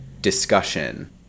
discussion